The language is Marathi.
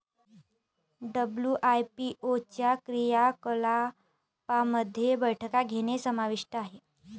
डब्ल्यू.आय.पी.ओ च्या क्रियाकलापांमध्ये बैठका घेणे समाविष्ट आहे